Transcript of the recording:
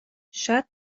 شاید